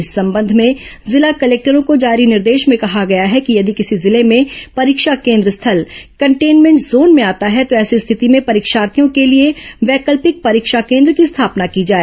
इस संबंध में जिला कलेक्टरों को जारी निर्देश में कहा गया है कि यदि किसी जिले में परीक्षा केन्द्र स्थल कंटेनमेंट जोन में आता है तो ऐसी स्थिति में परीक्षार्थियों के लिए वैकल्पिक परीक्षा केन्द्र की स्थापना की जाए